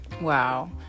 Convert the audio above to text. wow